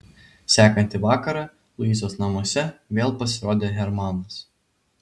sekantį vakarą luizos namuose vėl pasirodė hermanas